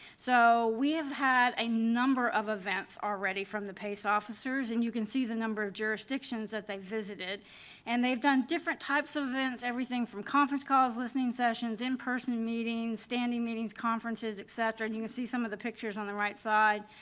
so we have had a number of events already from the pace officers and you can see the number of jurisdictions that they visited and they've done different types of this, everything from conference calls listening sessions in person meetings, standing meetings, conferences, elts, and you can see some of the pictures on the right side,